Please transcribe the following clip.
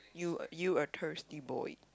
you you a thirsty boy